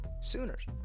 Sooners